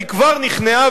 היא כבר נכנעה,